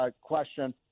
question